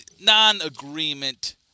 non-agreement